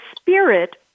spirit